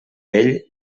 vell